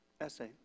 essay